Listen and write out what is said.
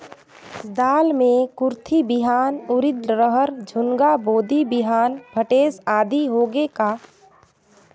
दाल मे कुरथी बिहान, उरीद, रहर, झुनगा, बोदी बिहान भटेस आदि होगे का?